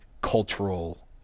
cultural